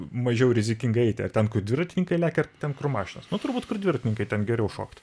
mažiau rizikinga eiti ar ten kur dviratininkai lekia ar ten kur mašinos nu turbūt kur dviratininkai ten geriau šokt